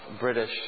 British